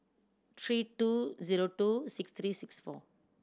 three two zero two six three six four